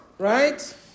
Right